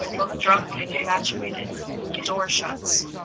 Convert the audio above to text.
both drunk and infatuated a door shuts.